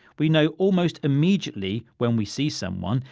we know almost immediately when we see someone,